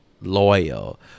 loyal